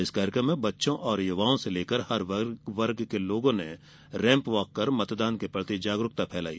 इस कार्यक्रम में बच्चों और युवाओं से लेकर हर वर्ग के लोगों ने रैम्प वॉक कर मतदान के प्रति जागरूक फैलाई